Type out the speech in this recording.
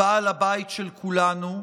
בעל הבית של כולנו,